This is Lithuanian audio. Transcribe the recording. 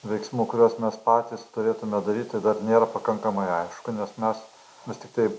veiksmų kuriuos mes patys turėtume daryti dar nėra pakankamai aišku nes mes vis tiktai